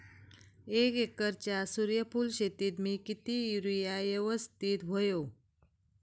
एक एकरच्या सूर्यफुल शेतीत मी किती युरिया यवस्तित व्हयो?